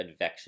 advection